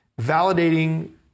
validating